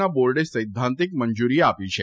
ના બોર્ડે સૈદ્ધાંતિક મંજુરી આપી છે